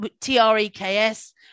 T-R-E-K-S